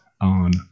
on